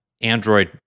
Android